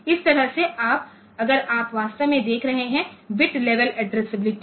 इस तरह से अगर आप वास्तव में देख रहे हैं बिट लेवल एड्रेसएबिलिटी